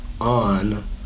on